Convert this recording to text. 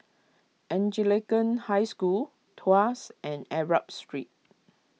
Anglican High School Tuas and Arab Street